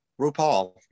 RuPaul